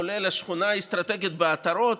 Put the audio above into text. כולל השכונה האסטרטגית בעטרות.